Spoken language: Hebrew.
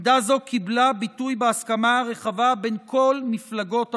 עמדה זו קיבלה ביטוי בהסכמה רחבה בין כל מפלגות הבית.